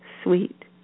sweet